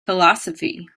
philosophy